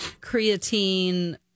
creatine